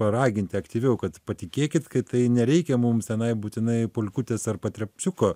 paraginti aktyviau kad patikėkit kai tai nereikia mums tenai būtinai polkutės ar patrepciuko